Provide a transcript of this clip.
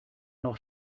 noch